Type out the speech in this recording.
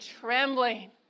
trembling